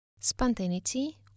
Spontaneity